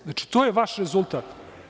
Znači, to je vaš rezultat.